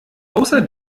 außer